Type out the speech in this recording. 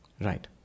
Right